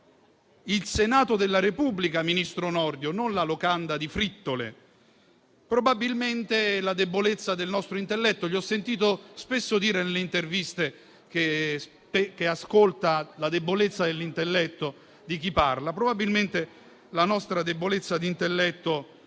il Senato della Repubblica, ministro Nordio, non la locanda di Frittole. Probabilmente è per la debolezza del nostro intelletto: ho sentito spesso il Ministro dire nelle interviste che avverte la debolezza dell'intelletto dei suoi interlocutori. Probabilmente, la nostra debolezza di intelletto